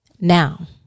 now